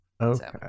okay